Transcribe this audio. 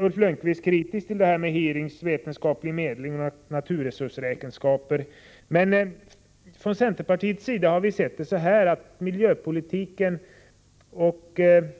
Ulf Lönnqvist var kritisk mot hearings, vetenskaplig medling och naturresursräkenskaper. Men vi från centerpartiet anser att miljöpolitiken och det